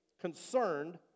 concerned